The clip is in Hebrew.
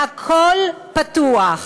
הכול פתוח.